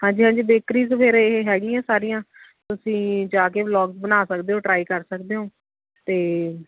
ਹਾਂਜੀ ਹਾਂਜੀ ਬੇਕਰੀਜ਼ ਫਿਰ ਇਹ ਹੈਗੀਆਂ ਸਾਰੀਆਂ ਤੁਸੀਂ ਜਾ ਕੇ ਵਲੋਗ ਬਣਾ ਸਕਦੇ ਹੋ ਟਰਾਈ ਕਰ ਸਕਦੇ ਹੋ ਅਤੇ